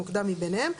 המוקדם מביניהם,